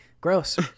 gross